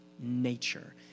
nature